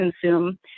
consume